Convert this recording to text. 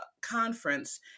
conference